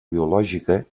biològica